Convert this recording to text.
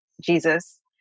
Jesus